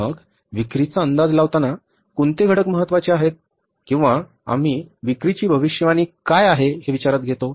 मग विक्रीचा अंदाज लावताना कोणते घटक महत्वाचे आहेत किंवा आम्ही विक्री ची भविष्यवाणी काय आहे हे विचारात घेतो